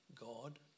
God